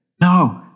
No